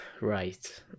Right